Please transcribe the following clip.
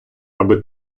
аби